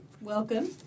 Welcome